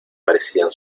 parecían